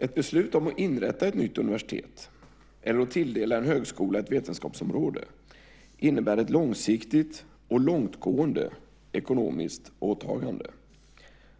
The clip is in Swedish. Ett beslut om att inrätta ett nytt universitet eller att tilldela en högskola ett vetenskapsområde innebär ett långsiktigt och långtgående ekonomiskt åtagande.